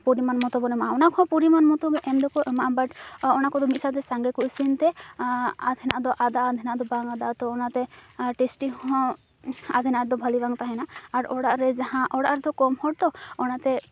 ᱯᱚᱨᱤᱢᱟᱱ ᱢᱚᱛᱚᱵᱚᱱ ᱮᱢᱟᱜᱼᱟ ᱚᱱᱟ ᱠᱚᱦᱚᱸ ᱯᱚᱨᱤᱢᱟᱱ ᱢᱚᱛᱚᱜᱮ ᱮᱢ ᱫᱚᱠᱚ ᱮᱢᱟᱜᱼᱟ ᱵᱟᱴ ᱚᱱᱟᱠᱚ ᱫᱚ ᱢᱤᱫ ᱥᱟᱶᱛᱮ ᱥᱟᱸᱜᱮ ᱠᱚ ᱤᱥᱤᱱᱛᱮ ᱟᱫᱷᱮᱱᱟᱜ ᱫᱚ ᱟᱫᱟᱜᱼᱟ ᱟᱫᱷᱮᱱᱟᱜ ᱫᱚ ᱵᱟᱝ ᱟᱫᱟᱜᱼᱟ ᱛᱚ ᱚᱱᱟᱛᱮ ᱴᱮᱥᱴᱤ ᱦᱚᱸ ᱟᱫᱷᱮᱱᱟᱜ ᱫᱚ ᱵᱷᱟᱞᱮ ᱵᱟᱝ ᱛᱟᱦᱮᱱᱟ ᱚᱲᱟᱜᱨᱮ ᱡᱟᱦᱟᱸ ᱚᱲᱟᱜ ᱨᱮᱫᱚ ᱠᱚᱢ ᱦᱚᱲᱛᱚ ᱚᱱᱟᱛᱮ